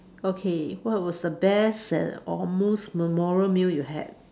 okay what was the best and or most memorable meal you had